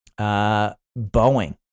Boeing